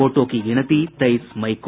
वोटों की गिनती तेईस मई को